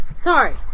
Sorry